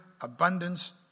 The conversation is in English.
abundance